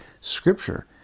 Scripture